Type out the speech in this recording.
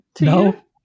No